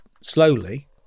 slowly